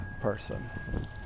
person